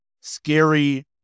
scary